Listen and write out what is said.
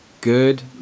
good